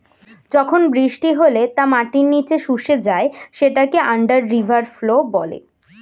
যখন বৃষ্টি হলে তা মাটির নিচে শুষে যায় সেটাকে আন্ডার রিভার ফ্লো বলে